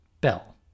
bell